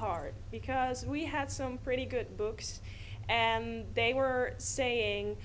hard because we had some pretty good books and they were saying